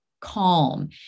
calm